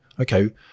okay